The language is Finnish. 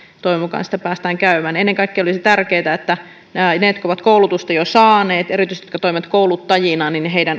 toivon mukaan sitä päästään käymään ennen kaikkea olisi tärkeätä että heidän jotka ovat koulutusta jo saaneet erityisesti heidän jotka toimivat kouluttajina